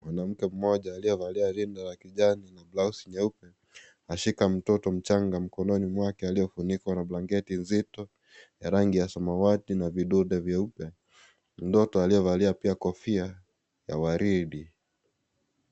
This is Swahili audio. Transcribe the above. Mwanamke mmoja aliyevalia rinda la kijani na blaosi nyeupe ashika mtoto mchanga mkononi mwake aliyefunikwa na blanketi nzito ya rangi ya rangi ya samawati na vidude vyeupe, mtoto aliyevalia pia kofia ya waridi.